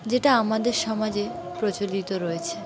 যেটা আমাদের সমাজে প্রচলিত রয়েছে